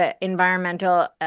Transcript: Environmental